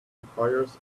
requires